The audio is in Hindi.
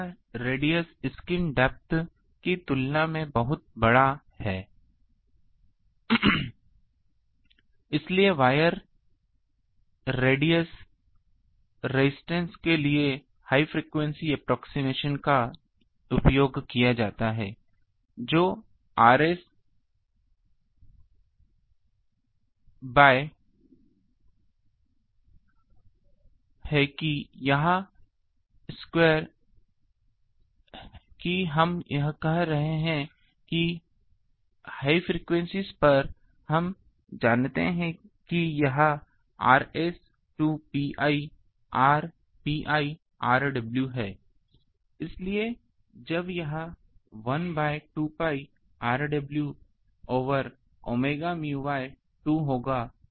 तो तैयार रेडियस स्किन डेप्थ की तुलना में बहुत बड़ा है इसलिए वायर रेडियसरजिस्टेंस के लिए हाई फ्रिकवेंसी एप्रोक्सीमेशन का उपयोग किया जा सकता है जो RS बाय है कि यह रवायर कि हम कह रहे हैं कि उच्च आवृत्तियों पर हम जानते हैं कि यह RS 2 pi R pi rw है इसलिए जब यहाँ 1 by 2 pi rw over omega mu by 2 होगा